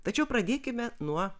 tačiau pradėkime nuo